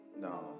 no